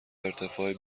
ارتفاع